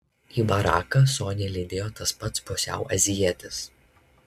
į baraką sonią lydėjo tas pats pusiau azijietis